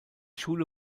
schule